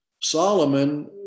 Solomon